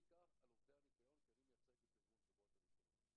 אני מדבר בעיקר על עובדי הניקיון כי אני מייצג את ארגון חברות הניקיון,